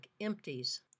empties